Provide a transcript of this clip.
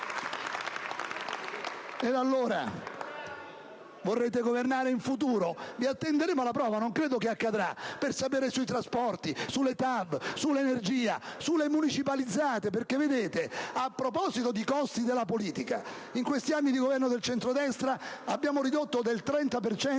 italiana. Volete governare in futuro? Vi attenderemo alla prova (non credo che accadrà), per sapere cosa farete sui trasporti, sulla TAV, sull'energia, sulle municipalizzate. A proposito di costi della politica, in questi anni di Governo del centrodestra abbiamo ridotto del 30